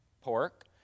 pork